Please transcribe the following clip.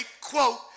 quote